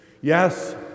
Yes